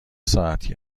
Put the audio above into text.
ساعتی